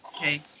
okay